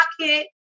pocket